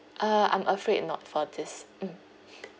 uh I'm afraid not for this mm